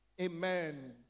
Amen